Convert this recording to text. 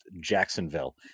Jacksonville